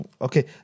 okay